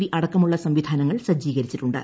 V അടക്കമുള്ള സംവിധാനങ്ങൾ സജ്ജീകരിച്ചിട്ടുണ്ട്